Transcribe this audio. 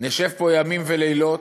נשב פה ימים ולילות,